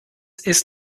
ist